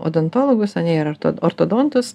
odontologus ar ne ir ortodontus